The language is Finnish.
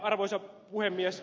arvoisa puhemies